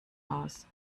aus